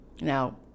Now